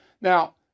now